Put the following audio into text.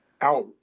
out